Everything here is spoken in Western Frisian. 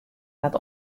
hat